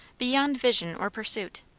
beyond vision or pursuit,